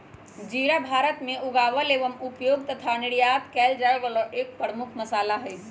जीरा भारत में उगावल एवं उपयोग तथा निर्यात कइल जाये वाला एक प्रमुख मसाला हई